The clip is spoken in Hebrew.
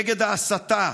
נגד ההסתה,